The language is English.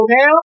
now